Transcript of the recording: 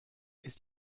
ist